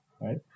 right